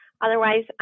Otherwise